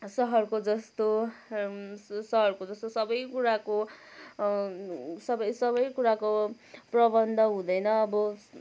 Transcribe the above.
सहरको जस्तो सहरको जस्तो सबै कुराको सबै सबै कुराको प्रबन्ध हुँदैन अब